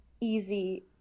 easy